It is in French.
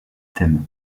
thème